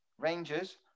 Rangers